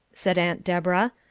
said aunt deborah,